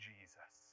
Jesus